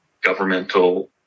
governmental